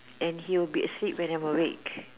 and he'll be asleep when I'm awake